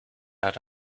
out